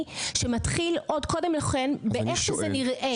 שמתחיל עוד קודם לכן באיך שזה נראה.